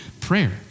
prayer